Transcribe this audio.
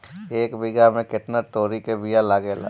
एक बिगहा में केतना तोरी के बिया लागेला?